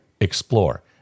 explore